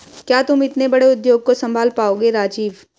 क्या तुम इतने बड़े उद्योग को संभाल पाओगे राजीव?